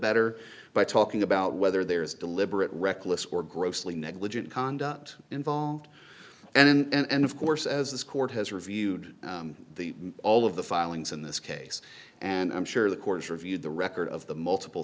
better by talking about whether there is deliberate reckless or grossly negligent conduct involved and of course as this court has reviewed the all of the filings in this case and i'm sure the courts reviewed the record of the multiple